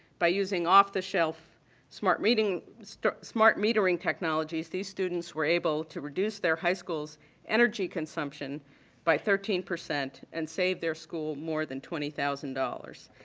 by using off-the-shelve smart so smart metering technologies, these students were able to reduce their high school's energy consumption by thirteen percent and saved their school more than twenty thousand dollars.